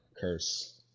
curse